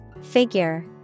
Figure